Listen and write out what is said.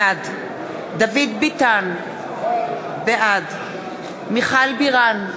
בעד דוד ביטן, בעד מיכל בירן,